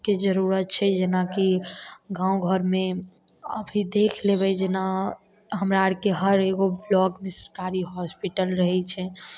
के जरूरत छै जेनाकि गाँव घरमे अथी देख लेबै जेना हमरा आरके हर एगो ब्लॉकमे सरकारी हॉस्पिटल रहै छै